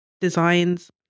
designs